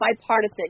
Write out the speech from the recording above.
bipartisan